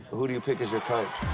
who do you pick as your coach?